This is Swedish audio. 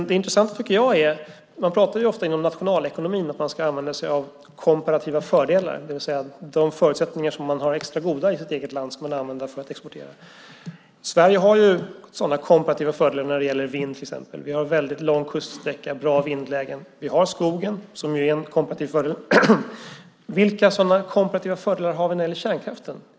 Inom nationalekonomin talar man ofta om att man ska använda sig av komparativa fördelar, det vill säga att man ska exportera de förutsättningar som är extra goda i det egna landet. Sverige har sådana komparativa fördelar som till exempel vind. Vi har en väldigt lång kuststräcka med bra vindlägen. Vi har skogen som ju är en komparativ fördel. Vilka sådana komparativa fördelar har vi när det gäller kärnkraften?